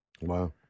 Wow